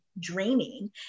draining